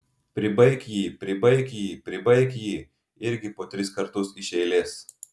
pribaik jį pribaik jį pribaik jį irgi po tris kartus iš eilės